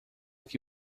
que